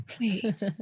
wait